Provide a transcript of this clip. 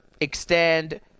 extend